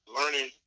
learning